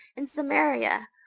in samaria,